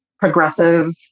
progressive